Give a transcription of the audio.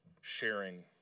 sharing